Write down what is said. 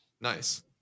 Nice